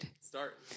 Start